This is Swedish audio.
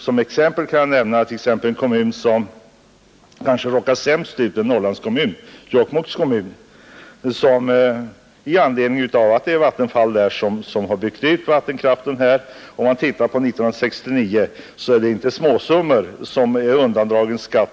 Som exempel kan jag nämna att den kommun som kanske råkat sämst ut är Jokkmokks kommun, där Vattenfall har byggt ut vattenkraften. Det är inte småsummor som den kommunen har undandragits i skatt.